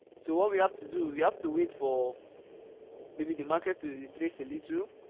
so what we have to do we have to wait for maybe the market to retrace a little